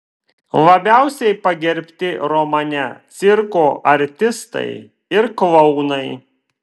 labiausiai pagerbti romane cirko artistai ir klounai